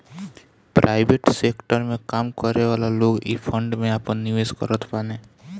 private sector में काम करेवाला लोग इ फंड में आपन निवेश करत बाने